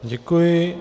Děkuji.